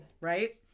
right